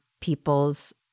people's